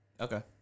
Okay